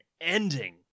ending